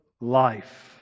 life